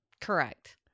Correct